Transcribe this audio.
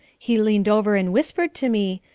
he leaned over and whispered to me,